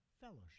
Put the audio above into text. fellowship